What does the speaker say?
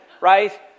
right